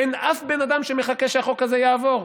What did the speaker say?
אין אף בן אדם שמחכה שהחוק הזה יעבור.